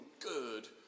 good